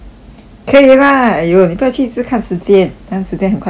可以 lah !aiyo! 你不要去一直看时间 then 时间很快就会过 lah